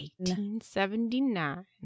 1879